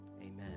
Amen